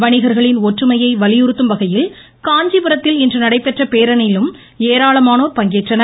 வணிகர்களின் ஒற்றுறையை வலியுறுத்தும்வகையில் காஞ்சிபுரத்தில் இன்று நடைபெற்ற பேரணியிலும் ஏராளமானோர் பங்கேற்றனர்